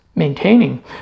maintaining